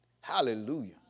hallelujah